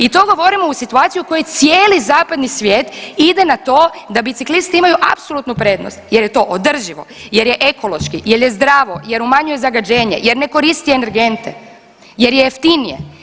I to govorimo u situaciji u kojoj cijeli zapadni svijet ide na to da biciklisti imaju apsolutnu prednost jer je to održivo, jer je ekološkim jer je zdravo, jer umanjuje zagađenje, jer ne koristi energente, jer je jeftinije.